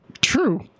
True